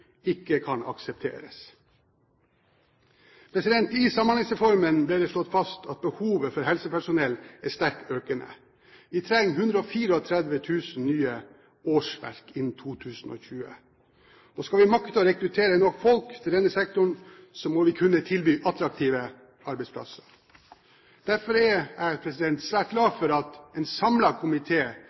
ikke kan aksepteres. I Samhandlingsreformen ble det slått fast at behovet for helsepersonell er sterkt økende. Vi trenger 134 000 nye årsverk innen 2020. Skal vi makte å rekruttere nok folk til denne sektoren, må vi kunne tilby attraktive arbeidsplasser. Derfor er jeg svært glad for at en